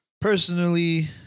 personally